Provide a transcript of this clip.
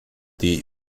die